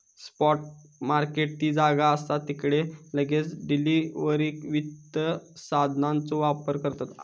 spot market ती जागा असा जिकडे लगेच डिलीवरीक वित्त साधनांचो व्यापार करतत